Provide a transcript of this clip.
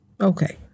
Okay